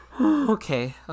okay